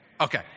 Okay